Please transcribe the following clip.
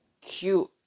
cute